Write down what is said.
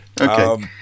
okay